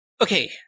Okay